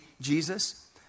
Jesus